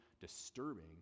disturbing